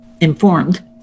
informed